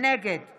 נגד